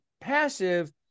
passive